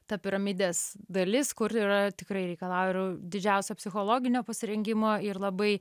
ta piramidės dalis kur yra tikrai reikalauja jau ir didžiausio psichologinio pasirengimo ir labai